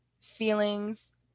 feelings